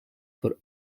for